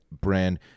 brand